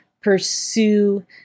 pursue